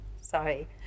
sorry